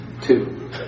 Two